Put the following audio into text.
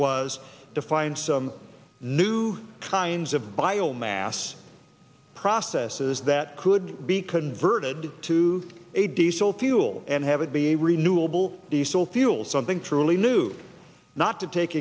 was to find some new kinds of biomass processes that could be converted to a diesel fuel and have it be a renewable diesel fuel something truly new not to take